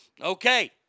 Okay